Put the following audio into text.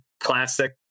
classic